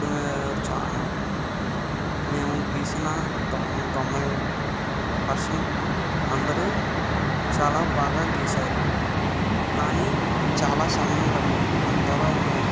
అప్పుడు మేము గీసిన తొ తొంభై పర్సెంట్ అందరూ చాలా బాగా గీసారు కానీ చాలా సమయం పట్టింది అంతలా